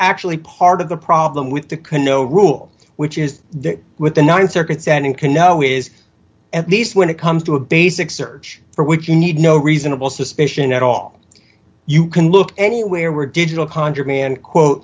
actually part of the problem with the can no rule which is with the th circuit's and in konoha is at least when it comes to a basic search for which you need no reasonable suspicion at all you can look anywhere where digital contraband quote